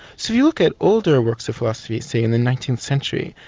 so you look at older works of philosophy, say, in the nineteenth century,